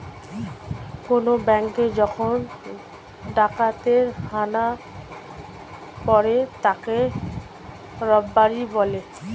কোন ব্যাঙ্কে যখন ডাকাতের হানা পড়ে তাকে রবারি বলে